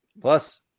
plus